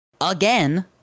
again